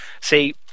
See